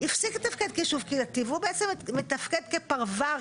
הפסיק לתפקד שיישוב קהילתי והוא בעצם מתפקד כפרוור,